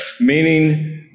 Meaning